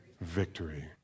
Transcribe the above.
Victory